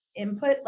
input